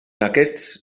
aquests